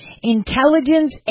intelligence